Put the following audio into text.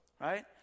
Right